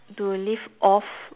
to live off